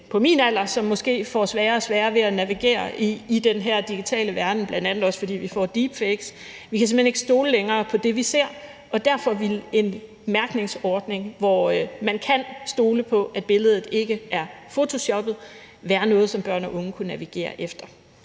på min alder, som måske får sværere og sværere ved at navigere i den her digitale verden, bl.a. også fordi vi får deepfakes. Vi kan simpelt ikke længere stole på det, vi ser, og derfor vil en mærkningsordning, hvor man kan stole på, at billedet ikke er photoshoppet, være noget, som børn og unge kunne navigere efter.